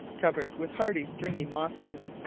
covered with hard stringy mosses,